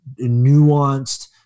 nuanced